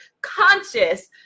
conscious